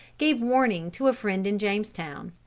gave warning to a friend in jamestown.